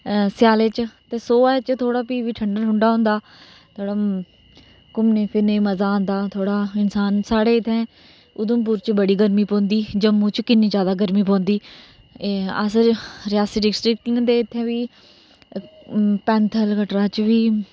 स्याले च सोहे च फ्ही बी थोह्ड़ा ठंडा ठंडा होंदा थोहड़ा घूमने फिरने च मजा आंदा थोहड़ा इन्सान साढ़े इत्थै उधमपुर च बड़ी गर्मी पौंदी जम्मू च किन्नी ज्यादा गर्मी पोंदी एह् अस रियासी डिस्ट्रिक्ट न ते इत्थै बी पैंथल कटरा च बी